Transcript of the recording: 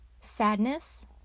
sadness